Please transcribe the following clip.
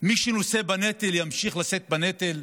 מי שנושא בנטל ימשיך לשאת בנטל,